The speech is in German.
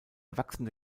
wachsende